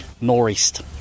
northeast